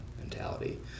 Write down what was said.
mentality